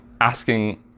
asking